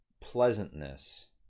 pleasantness